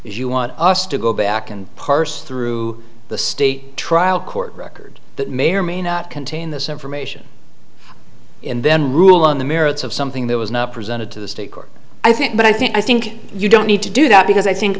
you want us to go back and parse through the state trial court record that may or may not contain this information and then rule on the merits of something that was not presented to the state court i think but i think i think you don't need to do that because i think